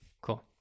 cool